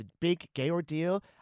thebiggayordeal